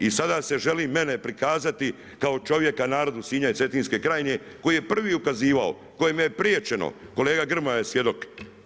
I sada se želi mene prikazati kao čovjeka naroda Sinja i Cetinske krajine koji je prvi ukazivao, kojemu je priječeno, kolega Grmoja je svjedok.